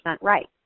right